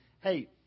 Hey